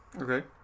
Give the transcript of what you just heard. Okay